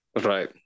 Right